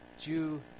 Jew